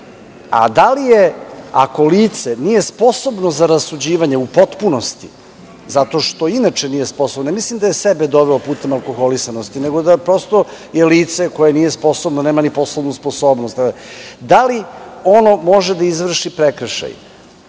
normi. Ako lice nije sposobno za rasuđivanje u potpunosti, zato što inače nije sposobno, ne mislim da je sebe doveo putem alkoholisanosti, nego da, prosto je lice koje nije sposobno, nema ni poslovnu sposobnost, da li ono može da izvrši prekršaj?